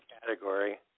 category